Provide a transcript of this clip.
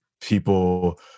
people